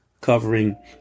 covering